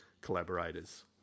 collaborators